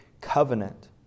covenant